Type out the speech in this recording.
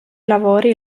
lavori